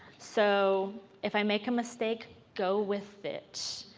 so if i make a mistake go with it.